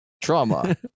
Trauma